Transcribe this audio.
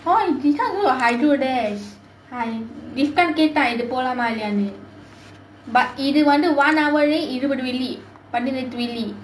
this one got a lot of typo there !hais! rifkhan கேட்டான் இங்கே போலாமா இல்லையானு:kettaan ingae polaamaa illaiyaanu but இது வந்து:ithu vanthu one hour late இருவது வெள்ளி பதினெட்டு வெள்ளி:iruvathu velli pathinettu velli